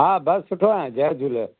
हा बसि सुठो आहियां जय झूले